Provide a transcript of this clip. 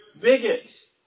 bigots